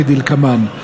כדלקמן: